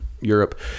Europe